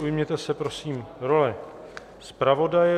Ujměte se prosím role zpravodaje.